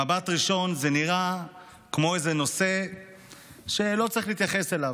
במבט ראשון זה נראה כמו איזה נושא שלא צריך להתייחס אליו,